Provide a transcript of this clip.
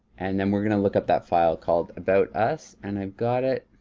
and then we're gonna look up that file called about us. and i've got it.